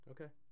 Okay